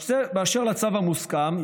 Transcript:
באשר לצו המוסכם,